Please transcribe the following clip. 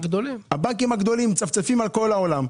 הבנקים הגדולים, מצפצפים על כל העולם.